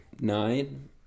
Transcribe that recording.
nine